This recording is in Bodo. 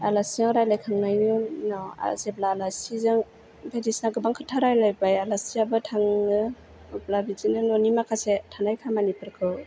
आलासिजों राइलायखांनायनि उनाव जेब्ला आलासिजों बायदिसिना गोबां खोथा राइलायबाय आलासियाबो थाङो अब्ला बिदिनो न'नि माखासे थानाय खामानिफोरखौ